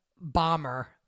bomber